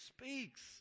speaks